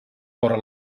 vora